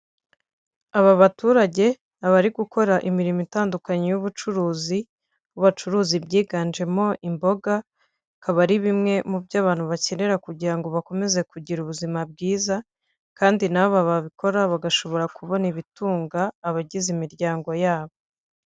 Ujya wibaza uti:ku ibihumbi magana ane by'amanyarwanda nabona inzu nakodesha ku kwezi n'umuryango wanjye? yego birashoboka cyane! hano mu mujyi wa Kigali i Kanombe hari inzu ifite ibyumba bine, ubwogero butatu mu inzu, ni inzu yubatse k'uburyo bugezweho, ni inzu iri yonyine m'urupangu, ni inzu ifite amakaro, ni inzu ifite ama purafo meza, ifite amatara meza, ifite aho baparirika imodoka hanini kandi hisanzuye, ni inzu ifite urubaraza rwiza, ni inzu ubona ko ijyanye n'igihe kandi iri ahantu heza.